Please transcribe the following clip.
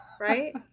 right